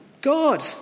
God